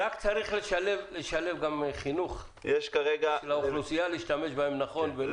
רק צריך לשלב גם חינוך לאוכלוסייה להשתמש בהם נכון.